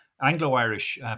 Anglo-Irish